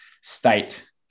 state